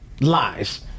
lies